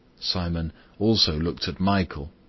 simon also looked at michael,